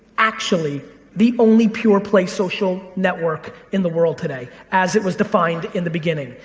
actually the only pure play social network in the world today, as it was defined in the beginning.